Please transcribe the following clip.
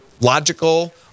logical